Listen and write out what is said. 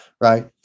right